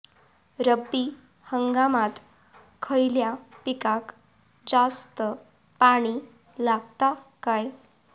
रब्बी हंगामात खयल्या पिकाक जास्त पाणी लागता काय?